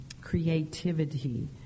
creativity